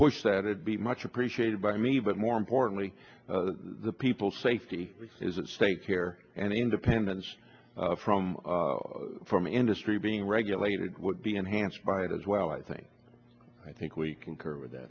push that would be much appreciated by me but more importantly the people safety is at stake here and independence from from industry being regulated would be enhanced by it as well i think i think we concur with that